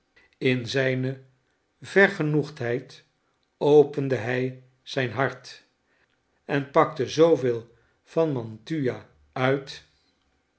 in zijne vergenoegdheid opende hij zijn hart en pakte zooveel van mantua uit